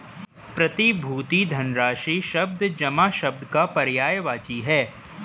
प्रतिभूति धनराशि शब्द जमा शब्द का पर्यायवाची है